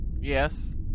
Yes